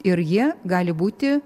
ir jie gali būti